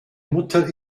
mutter